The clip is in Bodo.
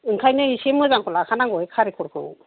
ओंखायनो एसे मोजांखौ लाखानांगौ खारिखरखौ